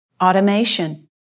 Automation